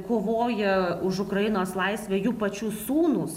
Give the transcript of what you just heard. kovoja už ukrainos laisvę jų pačių sūnūs